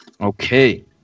Okay